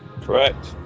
Correct